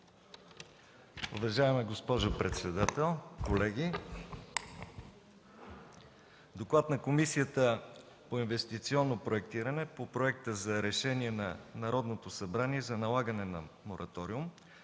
Уважаема госпожо председател, колеги! „ДОКЛАД на Комисията по инвестиционно проектиране по Проект за решение на Народното събрание за налагане на мораториум